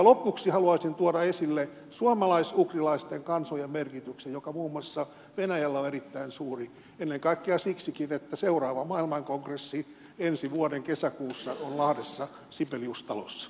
lopuksi haluaisin tuoda esille suomalais ugrilaisten kansojen merkityksen joka muun muassa venäjällä on erittäin suuri ennen kaikkea siksikin että seuraava maailmankongressi ensi vuoden kesäkuussa on lahdessa sibeliustalossa